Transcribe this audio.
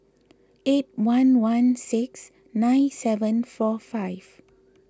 eight one one six nine seven four five